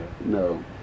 no